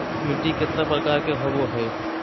मिट्टी केतना प्रकार के होबो हाय?